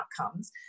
outcomes